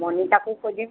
মণিকাকো কৈ দিম